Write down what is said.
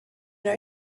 know